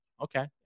Okay